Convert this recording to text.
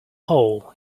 hole